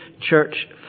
church